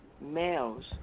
males